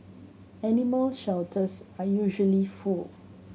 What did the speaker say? animal shelters are usually full